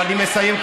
ואני מסיים,